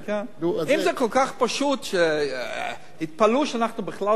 אם זה כל כך פשוט, שהתפלאו שאנחנו בכלל שואלים,